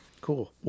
Cool